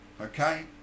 Okay